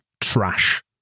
trash